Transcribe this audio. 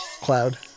Cloud